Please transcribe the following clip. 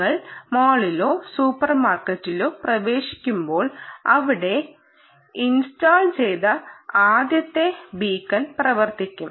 നിങ്ങൾ മാളിലോ സൂപ്പർമാർക്കറ്റിലോ പ്രവേശിക്കുമ്പോൾ അവിടെ ഇൻസ്റ്റാൾ ചെയ്ത ആദ്യത്തെ ബീക്കൺ പ്രവർത്തിക്കും